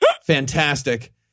Fantastic